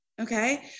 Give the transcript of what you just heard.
okay